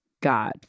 God